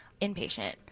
inpatient